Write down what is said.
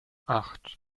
acht